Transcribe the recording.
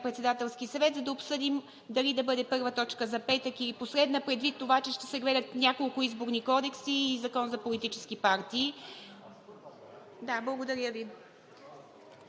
Председателски съвет, за да обсъдим дали да бъде първа точка за петък или последна, предвид това че ще се гледат няколко изборни кодекса и Закон за политическите партии. Други